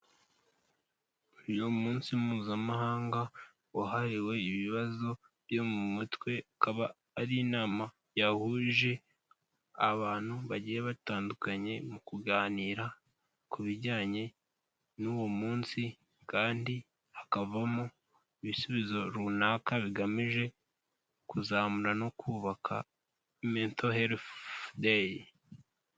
Uyu munsi mpuzamahanga wahariwe ibibazo byo mu mutwe, akaba ari inama yahuje abantu bagiye batandukanye mu kuganira ku bijyanye n'uwo munsi, kandi hakavamo ibisubizo runaka bigamije kuzamura no kubaka mento herifu deyi.